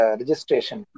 registration